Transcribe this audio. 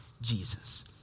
Jesus